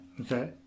Okay